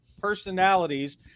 personalities